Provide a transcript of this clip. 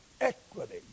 equity